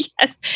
Yes